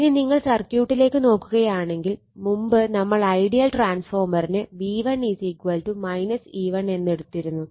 ഇനി നിങ്ങൾ സർക്യൂട്ടിലേക്ക് നോക്കുകയാണെങ്കിൽ മുമ്പ് നമ്മൾ ഐഡിയൽ ട്രാൻസ്ഫോർമറിന് V1 E1 എന്ന് എടുത്തിരുന്നു